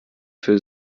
für